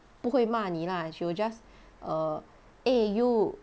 不会骂你啦 she will just err eh you